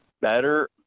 better